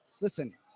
listen